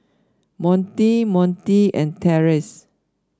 Monte Monte and Terrence